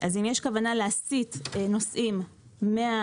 אז אם יש כוונה להסיט נוסעים מהרכבות